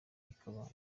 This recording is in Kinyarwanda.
bikaba